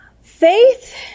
Faith